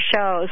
shows